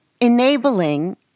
enabling